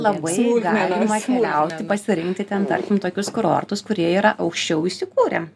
labai galima keliauti pasirinkti ten tarkim tokius kurortus kurie yra aukščiau įsikūrę